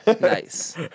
nice